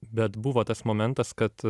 bet buvo tas momentas kad